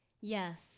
Yes